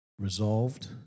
resolved